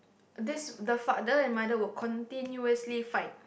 this the father and mother will continuously fight